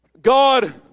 God